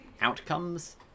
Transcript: outcomes